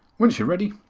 once you are ready,